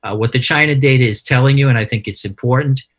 ah what the china data is telling you, and i think it's important,